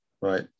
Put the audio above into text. right